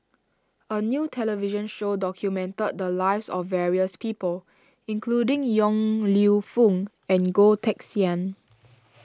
a new television show documented the lives of various people including Yong Lew Foong and Goh Teck Sian